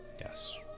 Yes